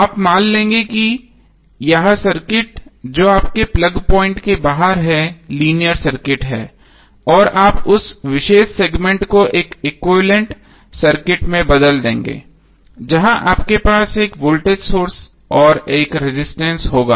आप मान लेंगे कि यह सर्किट जो आपके प्लग पॉइंट के बाहर है लीनियर सर्किट है और आप उस विशेष सेगमेंट को एक एक्विवैलेन्ट सर्किट से बदल देंगे जहाँ आपके पास एक वोल्टेज सोर्स और एक रजिस्टेंस होगा